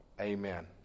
Amen